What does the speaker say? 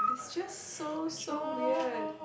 is just so so weird